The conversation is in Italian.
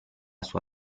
sua